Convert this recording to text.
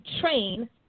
train